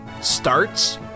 starts